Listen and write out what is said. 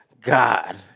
God